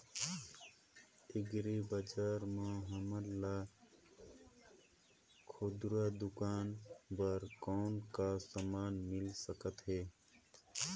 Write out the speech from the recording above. Agri बजार म हमन ला खुरदुरा दुकान बर कौन का समान मिल सकत हे?